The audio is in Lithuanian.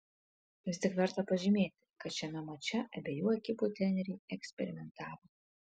vis tik verta pažymėti kad šiame mače abiejų ekipų treneriai eksperimentavo